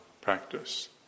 practice